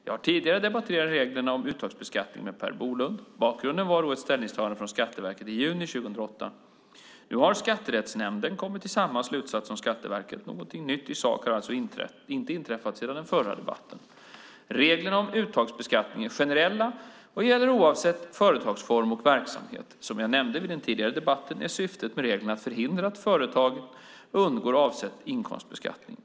Jag har tidigare debatterat reglerna om uttagsbeskattning med Per Bolund. Bakgrunden var då ett ställningstagande från Skatteverket i juni 2008. Nu har Skatterättsnämnden kommit till samma slutsats som Skatteverket. Något nytt i sak har alltså inte inträffat sedan den förra debatten. Reglerna om uttagsbeskattning är generella och gäller oavsett företagsform och verksamhet. Som jag nämnde i den tidigare debatten är syftet med reglerna att förhindra att företagen undgår avsedd inkomstbeskattning.